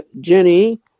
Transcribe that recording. Jenny